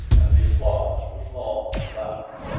and the applause was long and loud.